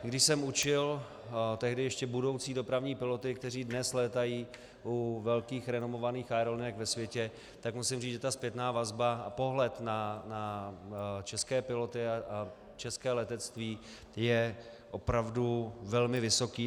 Když jsem učil tehdy ještě budoucí dopravní piloty, kteří dnes létají u velkých renomovaných aerolinek ve světě, tak musím říct, že zpětná vazba, pohled na české piloty a české letectví je opravdu velmi vysoký.